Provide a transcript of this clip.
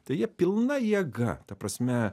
tai jie pilna jėga ta prasme